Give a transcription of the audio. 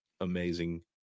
amazing